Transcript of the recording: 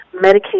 Medicaid